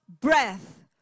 breath